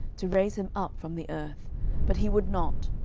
to raise him up from the earth but he would not,